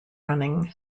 running